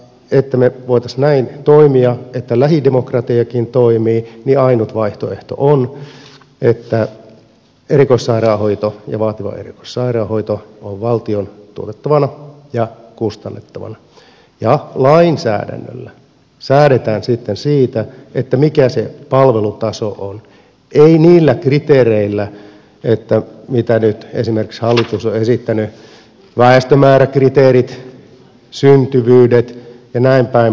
jotta me voisimme näin toimia jotta lähidemokratiakin toimii ainut vaihtoehto on että erikoissairaanhoito ja vaativa erikoissairaanhoito ovat valtion tuotettavina ja kustannettavina ja lainsäädännöllä säädetään sitten siitä mikä se palvelutaso on ei niillä kriteereillä mitä nyt esimerkiksi hallitus on esittänyt väestömääräkriteerit syntyvyydet jnp